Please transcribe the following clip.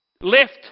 left